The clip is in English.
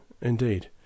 indeed